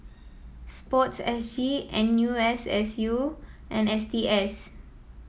sports S G N U S S U and S T S